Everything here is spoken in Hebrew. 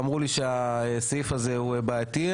ואמרו לי שהסעיף הזה הוא בעייתי,